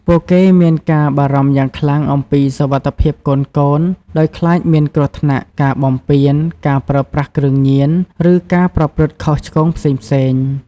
ពួកគេមានការបារម្ភយ៉ាងខ្លាំងអំពីសុវត្ថិភាពកូនៗ ដោយខ្លាចមានគ្រោះថ្នាក់ ការបំពាន ការប្រើប្រាស់គ្រឿងញៀន ឬការប្រព្រឹត្តខុសឆ្គងផ្សេងៗ ។